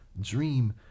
dream